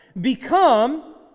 become